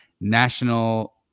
National